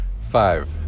five